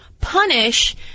punish